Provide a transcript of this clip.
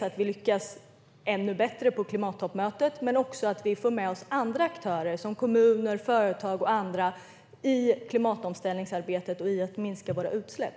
att vi lyckas ännu bättre på klimattoppmötet men också att vi får med oss andra aktörer - kommuner, företag och andra - i klimatomställningsarbetet och i arbetet med att minska våra utsläpp.